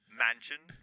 mansion